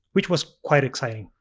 which was quite exciting.